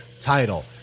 title